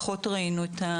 פחות ראינו.